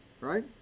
right